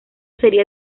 sería